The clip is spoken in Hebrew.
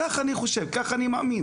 כך אני חושב, כך אני מאמין,